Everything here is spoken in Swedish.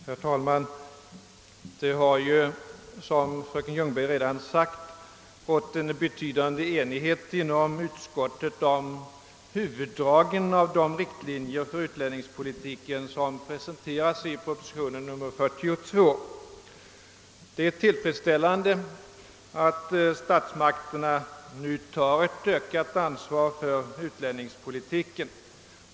Herr talman! Det har, som fröken Ljungberg redan sagt, rått en betydande enighet inom utskottet om huvuddragen i de riktlinjer för utlänningspolitiken som presenteras i propositionen nr 142. Det är tillfredsställande att statsmakterna nu tar ett ökat ansvar för utlänningspolitiken.